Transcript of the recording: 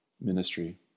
ministry